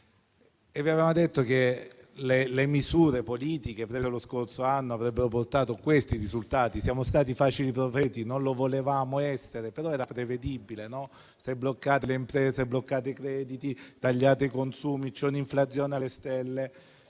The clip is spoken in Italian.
sbagliata e che le misure politiche prese avrebbero portato questi risultati. Siamo stati facili profeti, non volevamo esserlo, però era prevedibile: se bloccate le imprese, bloccate i crediti, tagliate i consumi, c'è un'inflazione alle stelle